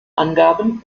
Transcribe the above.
angaben